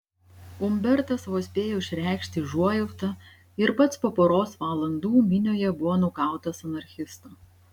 umbertas vos spėjo išreikšti užuojautą ir pats po poros valandų minioje buvo nukautas anarchisto